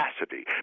capacity